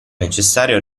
necessario